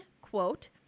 quote